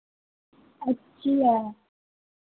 अच्छा